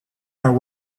are